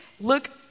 look